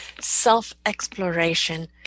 self-exploration